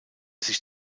sich